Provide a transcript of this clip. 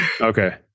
Okay